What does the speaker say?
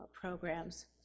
programs